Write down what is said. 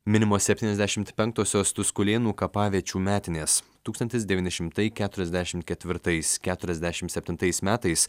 minimos septyniasdešimt penktosios tuskulėnų kapaviečių metinės tūkstantis devyni šimtai keturiasdešimt ketvirtais keturiasdešim septintais metais